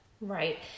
Right